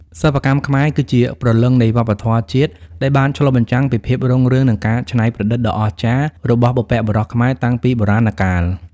សិប្បកម្មខ្មែរគឺជាព្រលឹងនៃវប្បធម៌ជាតិ ដែលបានឆ្លុះបញ្ចាំងពីភាពរុងរឿង និងការច្នៃប្រឌិតដ៏អស្ចារ្យរបស់បុព្វបុរសខ្មែរតាំងពីបុរាណកាល។